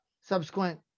subsequent